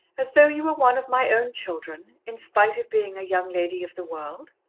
as though you were one of my own children, in spite of being a young lady of the world?